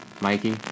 Mikey